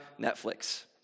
Netflix